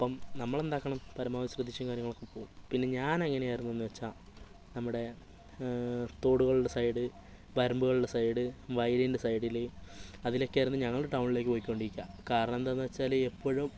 അപ്പം നമ്മളെന്താക്കണം പരമാവധി ശ്രദ്ധിച്ചും കാര്യങ്ങളൊക്കെ പോവും പിന്നെ ഞാൻ എങ്ങനെയായിരുന്നുവെച്ചാൽ നമ്മുടെ തോടുകളുടെ സൈഡ് വരമ്പുകളുടെ സൈഡ് വയലിൻ്റെ സൈഡില് അതിലെയൊക്കെയാണ് ഞങ്ങൾ ടൗണിലേക്ക് പൊയ്ക്കോണ്ടിരിക്കുക കാരണമെന്താണെന്നുവെച്ചാൽ എപ്പോഴും